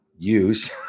use